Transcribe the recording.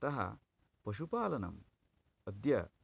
अतः पशुपालनम् अद्य